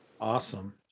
Awesome